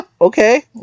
Okay